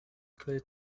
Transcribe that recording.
clear